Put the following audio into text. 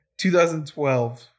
2012